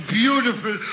beautiful